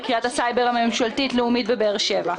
בקריית הסייבר הממשלתית לאומית בבאר שבע.